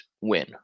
Win